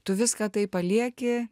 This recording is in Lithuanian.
tu viską tai palieki